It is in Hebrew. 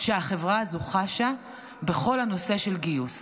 שהחברה הזו חשה בכל הנושא של גיוס.